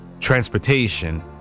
Transportation